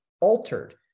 altered